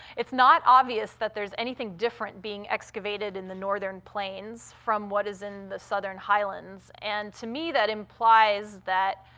it's not obvious that there's anything different being excavated in the northern plains from what is in the southern highlands, and, to me, that implies that,